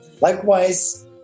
Likewise